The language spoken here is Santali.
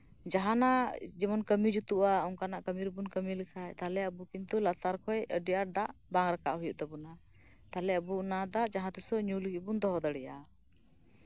ᱡᱟᱸᱦᱟᱱᱟᱜ ᱡᱮᱢᱚᱱ ᱠᱟᱹᱢᱤ ᱡᱩᱛᱩᱜᱼᱟ ᱚᱱᱠᱟᱱᱟᱜ ᱠᱟᱹᱢᱤ ᱨᱮᱵᱚᱱ ᱠᱟᱹᱢᱤ ᱞᱮᱠᱷᱟᱱ ᱛᱟᱦᱞᱮ ᱟᱵᱚ ᱠᱤᱱᱛᱩ ᱞᱟᱛᱟᱨ ᱠᱷᱚᱱ ᱫᱟᱜ ᱟᱹᱰᱤ ᱟᱸᱴ ᱵᱟᱝ ᱨᱟᱠᱟᱵ ᱦᱩᱭᱩᱜ ᱛᱟᱵᱳᱱᱟ ᱛᱟᱦᱞᱮ ᱟᱵᱚ ᱚᱱᱟ ᱫᱟᱜ ᱡᱟᱸᱦᱟ ᱛᱤᱥ ᱧᱩ ᱞᱟᱹᱜᱤᱫ ᱵᱚᱱ ᱫᱚᱦᱚ ᱫᱟᱲᱮᱭᱟᱜᱼᱟ